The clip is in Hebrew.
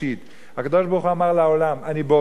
הקדוש-ברוך-הוא אמר לעולם: אני בורא אתכם,